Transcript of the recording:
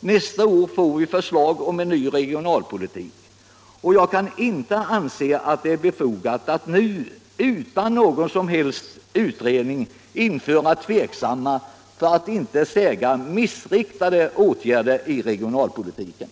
Nästa år får riksdagen förslag om en ny regionalpolitik, och jag kan inte anse att det är befogat att nu utan någon som helst utredning införa tveksamma, för att inte säga missriktade åtgärder i regionalpolitiken.